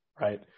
Right